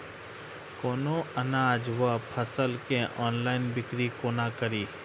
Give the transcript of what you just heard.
कोनों अनाज वा फसल केँ ऑनलाइन बिक्री कोना कड़ी?